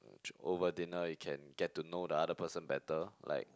uh over dinner you can get to know the other person better like